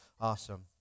Awesome